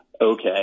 okay